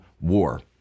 war